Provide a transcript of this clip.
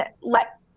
let